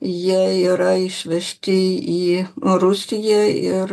jie yra išvežti į rusiją ir